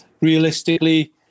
realistically